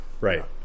right